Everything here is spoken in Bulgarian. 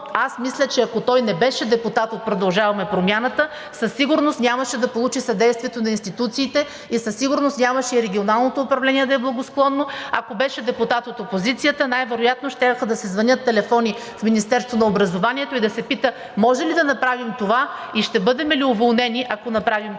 но мисля, че ако той не беше депутат от „Продължаваме Промяната“, със сигурност нямаше да получи съдействието на институциите и със сигурност нямаше Регионалното управление да е благосклонно. Ако беше депутат от опозицията, най-вероятно, щяха да се звънят телефони в Министерството на образованието и да се пита: „Може ли да направим това и ще бъдем ли уволнени, ако направим това?“